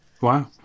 Wow